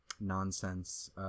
nonsense